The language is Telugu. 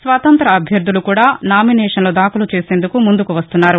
స్వతంత్ర అభ్యర్దులు కూడా నామినేషన్లు దాఖలు చేసేందుకు ముందుకు వస్తున్నారు